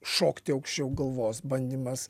šokti aukščiau galvos bandymas